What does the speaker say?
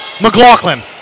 McLaughlin